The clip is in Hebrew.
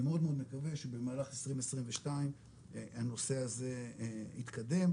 אני מאוד מקווה שבמהלך 2022 הנושא הזה יתקדם.